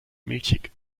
milchig